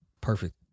perfect